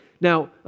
now